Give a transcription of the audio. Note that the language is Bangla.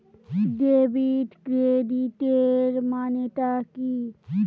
ডেবিট ক্রেডিটের মানে টা কি?